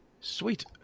Sweet